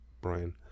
Brian